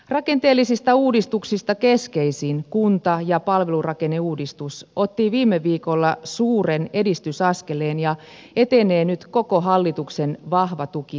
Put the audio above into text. rakenteellisista uudistuksista keskeisin kunta ja palvelurakenneuudistus otti viime viikolla suuren edistysaskeleen ja etenee nyt koko hallituksen vahva tuki takanaan